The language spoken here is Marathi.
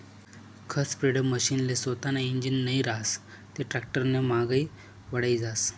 खत स्प्रेडरमशीनले सोतानं इंजीन नै रहास ते टॅक्टरनामांगे वढाई जास